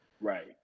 Right